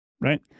right